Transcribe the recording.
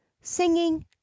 singing